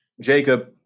Jacob